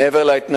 מבירור פרטי